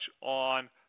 on